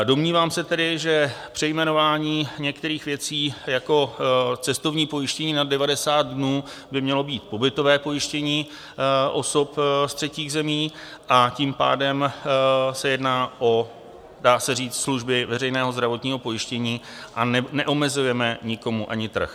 Domnívám se tedy, že přejmenování některých věcí jako cestovní pojištění nad 90 dnů by mělo být pobytové pojištění osob z třetích zemí, a tím pádem se jedná o dá se říct služby veřejného zdravotního pojištění a neomezujeme nikomu ani trh.